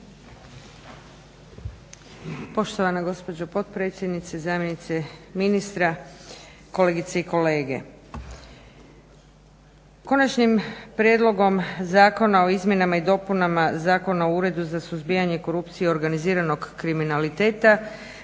Poštovana gospođo potpredsjednice, zamjenice ministra, kolegice i kolege. Konačnim prijedlogom Zakona o izmjenama i dopunama zakona o Uredu za suzbijanje korupcije i organiziranog kriminaliteta